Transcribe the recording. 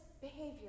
behavior